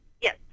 Yes